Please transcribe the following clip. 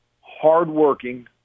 hardworking